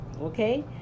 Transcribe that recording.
Okay